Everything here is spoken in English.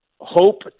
hope